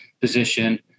position